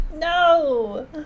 no